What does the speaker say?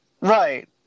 Right